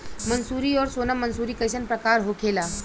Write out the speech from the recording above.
मंसूरी और सोनम मंसूरी कैसन प्रकार होखे ला?